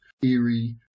theory